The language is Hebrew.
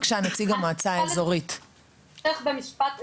ברשותך עוד משפט אחד,